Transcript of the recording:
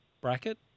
bracket